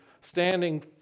standing